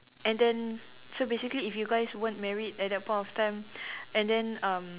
and then so basically if you guys weren't married at that point of time and then um